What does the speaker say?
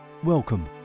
Welcome